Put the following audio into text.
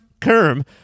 Kerm